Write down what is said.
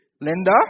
Linda